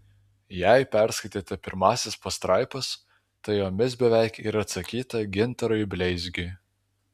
jei perskaitėte pirmąsias pastraipas tai jomis beveik ir atsakyta gintarui bleizgiui